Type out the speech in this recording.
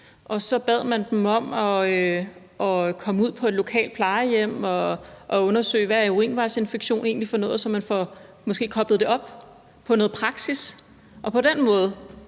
og så bad man dem om at komme ud på et lokalt plejehjem og undersøge, hvad f.eks. urinvejsinfektion egentlig er for noget, så man måske får det koblet op på noget praksis, og så man på